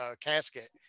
casket